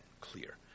clear